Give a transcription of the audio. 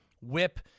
whip